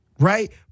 right